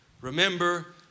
Remember